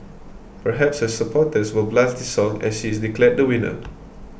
perhaps her supporters will blast this song as she is declared the winner